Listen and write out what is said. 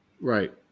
Right